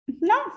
No